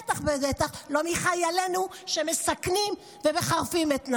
בטח ובטח לא מחיילינו שמסכנים ומחרפים את נפשם.